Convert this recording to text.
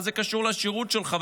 מה זה קשור לשירות שלך?